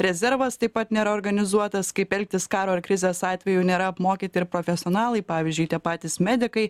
rezervas taip pat nėra organizuotas kaip elgtis karo ar krizės atveju nėra apmokyti ir profesionalai pavyzdžiui tie patys medikai